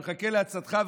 אני מחכה לעצתך,